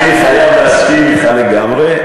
אני חייב להסכים אתך לגמרי.